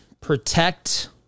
protect